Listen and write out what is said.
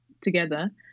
together